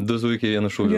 du zuikiai vienu šūviu